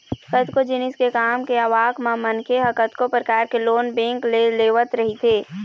कतको जिनिस के काम के आवक म मनखे ह कतको परकार के लोन बेंक ले लेवत रहिथे